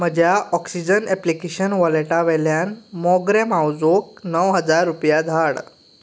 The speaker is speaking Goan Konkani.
म्हज्या ऑक्सिजन ऍप्लिकेशन वॉलेटा वयल्यान मोगरें मावजोक णव हजार रुपया धाड